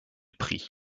prix